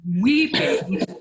weeping